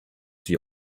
die